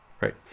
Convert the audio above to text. right